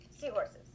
seahorses